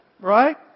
Right